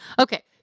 okay